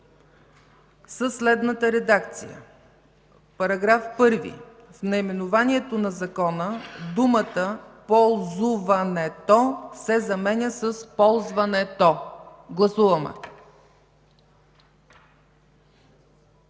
следната редакция: „§ 1. В наименованието на Закона думата „ползуването” се заменя с „ползването”.” Гласуваме.